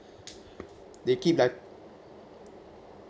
they keep like